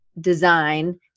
design